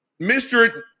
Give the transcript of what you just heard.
Mr